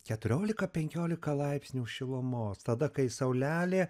keturiolika penkiolika laipsnių šilumos tada kai saulelė